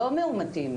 לא מאומתים,